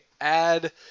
add